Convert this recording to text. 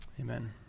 Amen